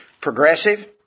Progressive